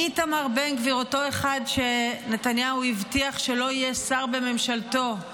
איתמר בן גביר, אותו אחד שנתניהו הבטיח שלא יהיה שר בממשלתו,